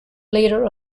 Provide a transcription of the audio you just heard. leader